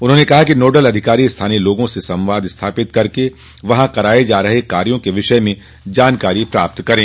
उन्होंने कहा कि नोडल अधिकारी स्थानीय लोगों से संवाद स्थापित कर वहां कराये जा रहे कार्यो के विषय में जानकारी प्राप्त करे